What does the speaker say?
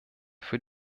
für